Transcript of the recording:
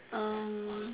um